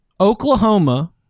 Oklahoma